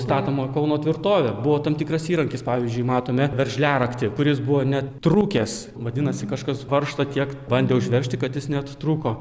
statoma kauno tvirtovė buvo tam tikras įrankis pavyzdžiui matome veržliaraktį kuris buvo net trūkęs vadinasi kažkas varžtą tiek bandė užveržti kad jis net trūko